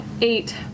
Eight